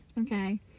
Okay